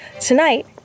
Tonight